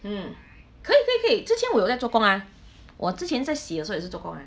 mm 可以可以之前我有在做工啊我之前在洗也是在作工啊